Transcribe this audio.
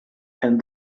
and